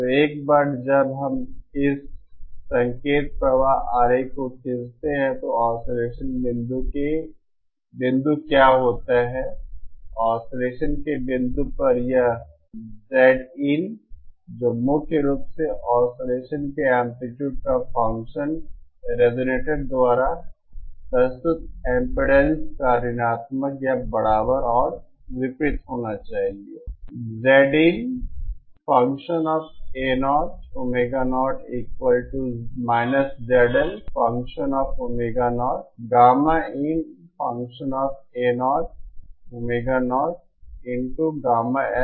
तो एक बार जब हम इस संकेत प्रवाह आरेख को खींचते हैं तो ऑसिलेसन के बिंदु क्या होता है ऑसिलेसन के बिंदु पर यह Zin जो मुख्य रूप से ऑसिलेसन के एंप्लीट्यूड का फंक्शन रिजोनेटर द्वारा प्रस्तुत एमपीडेंस का ऋणात्मक या बराबर और विपरीत होना चाहिए